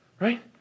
Right